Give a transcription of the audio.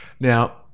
Now